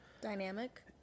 dynamic